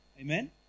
Amen